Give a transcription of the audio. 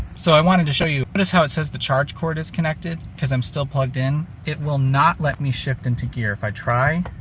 so i wanted to show you notice how it says the charge cord is connected cause i'm still plugged in? it will not let me shift into gear. if i try.